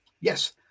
Yes